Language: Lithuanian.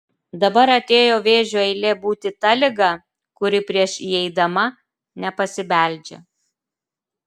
dabar atėjo vėžio eilė būti ta liga kuri prieš įeidama nepasibeldžia